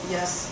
Yes